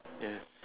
ya